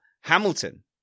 Hamilton